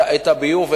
את הביוב,